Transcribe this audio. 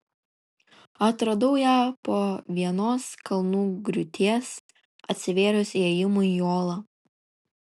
atradau ją po vienos kalnų griūties atsivėrus įėjimui į olą